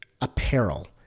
apparel